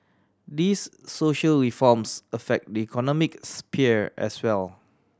these social reforms affect the economic sphere as well